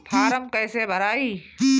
Form कईसे भराई?